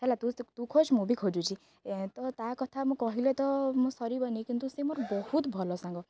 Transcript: ହେଲା ତୁ ତୁ ଖୋଜ ମୁଁ ବି ଖୋଜୁଛି ତ ତା କଥା ମୁଁ କହିଲେ ତ ମୁଁ ସରିବନି କିନ୍ତୁ ସେ ମୋର ବହୁତ ଭଲ ସାଙ୍ଗ